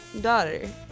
daughter